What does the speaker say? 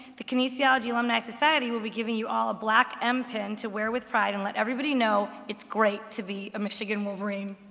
the kinesiology alumni society will be giving you all a black m pin to wear with pride and let everybody know it's great to be a michigan wolverine.